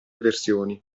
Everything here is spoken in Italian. versioni